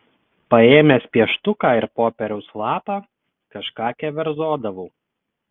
paėmęs pieštuką ir popieriaus lapą kažką keverzodavau